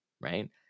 Right